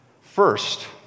First